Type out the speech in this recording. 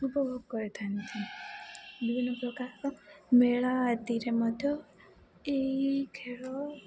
ଉପଭୋଗ କରିଥାନ୍ତି ବିଭିନ୍ନ ପ୍ରକାର ମେଳା ଆଦିରେ ମଧ୍ୟ ଏହି ଖେଳ ଅନୁଷ୍ଠିତ ହୋଇଥାଏ